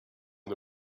the